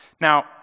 Now